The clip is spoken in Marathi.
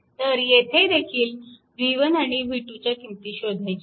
तर येथे देखील v1 आणि v2 च्या किंमती शोधायच्या आहेत